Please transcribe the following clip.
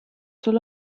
sul